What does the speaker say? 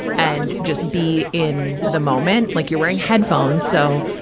and just be in the moment. like you're wearing headphones, so,